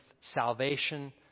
salvation